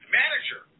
manager